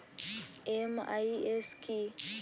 MIS কি?